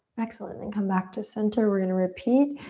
excellent, then come back to center. we're gonna repeat.